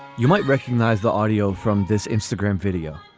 you might recognize the audio from this instagram video.